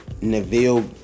Neville